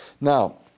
Now